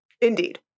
Indeed